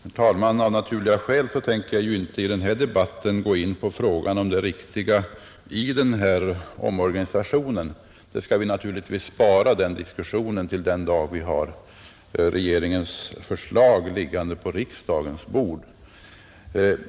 Herr talman! Av naturliga skäl tänker jag inte i denna debatt gå in på frågan om det riktiga i denna omorganisation. Den diskussionen skall vi givetvis spara till den dag då vi har regeringens förslag liggande på riksdagens bord.